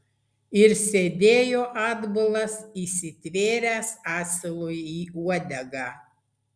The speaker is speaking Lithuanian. ir sėdėjo atbulas įsitvėręs asilui į uodegą